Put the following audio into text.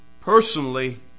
personally